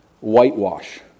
whitewash